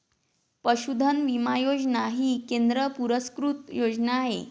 पशुधन विमा योजना ही केंद्र पुरस्कृत योजना आहे